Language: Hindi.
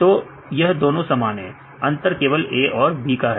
तो यह दोनों समान है अंतर केवल a और b का है